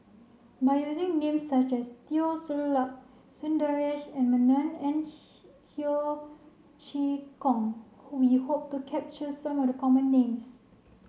by using names such as Teo Ser Luck Sundaresh Menon and Ho Chee Kong we hope to capture some of the common names